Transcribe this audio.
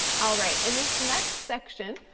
all right in this next section,